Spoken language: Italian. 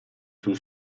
sul